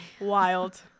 Wild